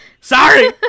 sorry